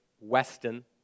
Weston